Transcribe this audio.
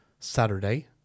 Saturday